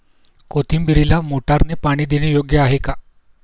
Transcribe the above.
कोथिंबीरीला मोटारने पाणी देणे योग्य आहे का?